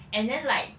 and then like